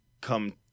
come